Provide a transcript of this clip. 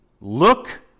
Look